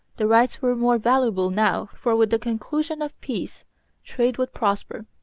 the rights were more valuable now, for with the conclusion of peace trade would prosper.